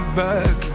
back